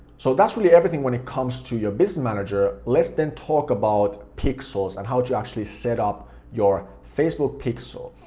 so that's really everything when it comes to your business manager, let's then talk about pixels and how to actually set up your faceobook pixel.